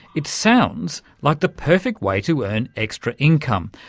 it sounds like the perfect way to earn extra income.